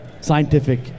scientific